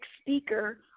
speaker